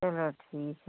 चलो ठीक